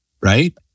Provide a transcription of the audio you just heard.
right